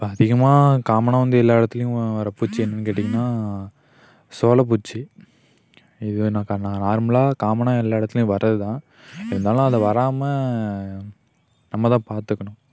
இப்போ அதிகமாக காமனாக வந்து எல்லா இடத்துலியும் வர பூச்சி என்னென்னு கேட்டீங்கன்னால் சோலை பூச்சி இது நா கா நா நார்மலாக காமனாக எல்லா இடத்துலியும் வரது தான் இருந்தாலும் அது வராமல் நம்ம தான் பார்த்துக்கணும்